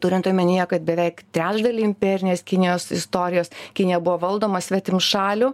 turint omenyje kad beveik trečdalį imperinės kinijos istorijos kinija buvo valdoma svetimšalių